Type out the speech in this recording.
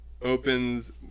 opens